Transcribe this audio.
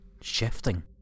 shifting